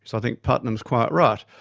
so think putnam's quite right,